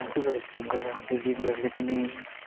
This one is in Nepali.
दाजुको रेस्पेक्ट गर्दा मात्रै दिदीहरूले पनि